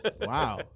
Wow